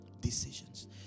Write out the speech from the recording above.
Decisions